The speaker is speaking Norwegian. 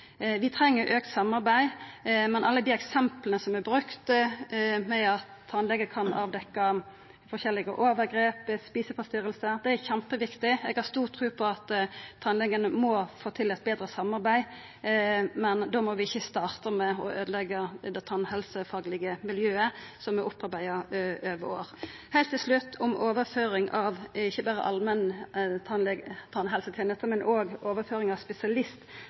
eksempla som er brukte, at tannlegar kan avdekkja ulike overgrep, spiseforstyrringar etc. – det er kjempeviktig, og eg har stor tru på at tannlegane må få til eit betre samarbeid, men da må vi ikkje starta med å øydeleggja det tannhelsefaglege miljøet som er opparbeidd over år. Heilt til slutt – om overføring av ikkje berre allmenn tannhelseteneste, men òg overføring av